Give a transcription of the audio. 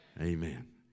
Amen